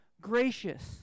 gracious